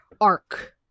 arc